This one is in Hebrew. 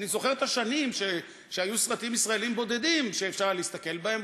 אני זוכר את השנים שהיו סרטים ישראליים בודדים שאפשר היה להסתכל בהם.